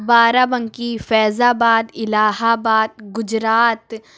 بارہ Banki Faizabad Allahabad Gujarat